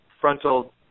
frontal